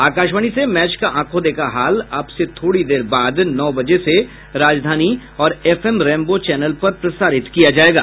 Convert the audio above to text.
आकाशवाणी से मैच का आंखों देखा हाल अब से थोड़ी देर बाद नौ बजे से राजधानी और एफ एम रेनबो चैनल पर प्रसारित किया जायेगा